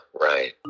right